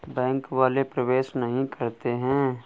Bank वाले प्रवेश नहीं करते हैं?